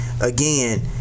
again